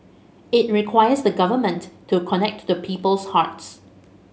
it requires the Government to connect to people's hearts